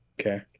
Okay